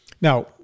Now